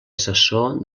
assessor